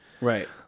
Right